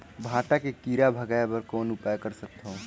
भांटा के कीरा भगाय बर कौन उपाय कर सकथव?